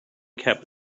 kept